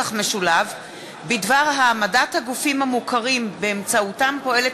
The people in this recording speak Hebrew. בדבר העמדת הגופים המוכרים שבאמצעותם פועלת